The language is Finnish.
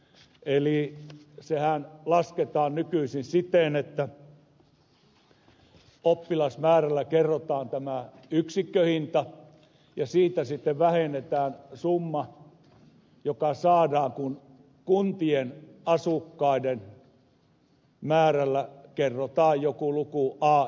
eli sehän lasketaan nykyisin siten että oppilasmäärällä kerrotaan yksikköhinta ja siitä sitten vähennetään summa joka saadaan kun kuntien asukkaiden määrällä kerrotaan joku luku a euroa